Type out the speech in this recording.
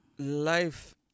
Life